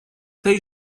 tej